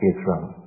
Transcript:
Israel